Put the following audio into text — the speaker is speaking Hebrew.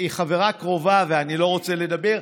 והיא חברה קרובה, ואני לא רוצה לדבר.